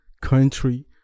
country